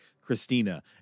Christina